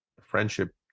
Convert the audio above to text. friendship